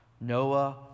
Noah